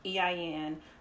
ein